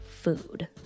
food